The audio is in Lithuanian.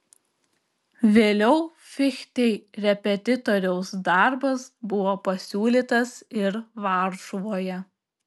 vėliau fichtei repetitoriaus darbas buvo pasiūlytas ir varšuvoje